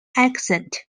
accent